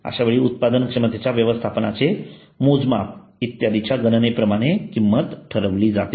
अश्यावेळी उत्पादन क्षमतेच्या व्यवस्थापनाचे मोजमाप इत्यादींच्या गणने प्रमाणे किंमत ठरवली जाते